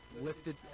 Lifted